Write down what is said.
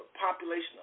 population